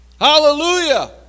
Hallelujah